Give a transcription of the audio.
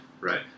Right